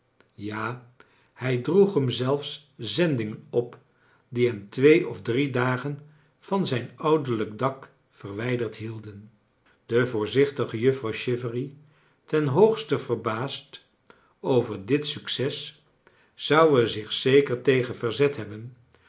ja hij droeg hem zelfs zendingen op die hem twee of drie dagen van zijn ouderlijk dak verwijderd hielden de voorzichtige juffrouw chivery ten hoogste verbaasd over dit succes zou er zich zeker tegen verzet hebben